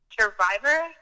Survivor